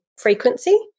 frequency